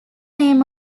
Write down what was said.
name